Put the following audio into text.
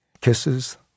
kisses